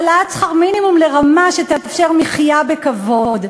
העלאת שכר מינימום לרמה שתאפשר מחיה בכבוד.